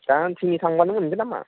दा आं दिनि थांब्लानो मोनगोन ना मा